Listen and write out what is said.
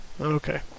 Okay